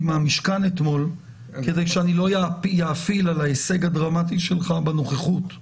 אתמול מהמשכן כדי שאני לא אאפיל על ההישג הדרמטי שלך בנוכחות.